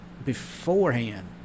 beforehand